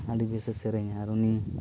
ᱟᱹᱰᱤ ᱵᱮᱥᱮ ᱥᱮᱨᱮᱧᱟ ᱟᱨ ᱩᱱᱤ